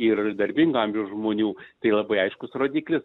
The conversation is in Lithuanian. ir darbingo amžiaus žmonių tai labai aiškus rodiklis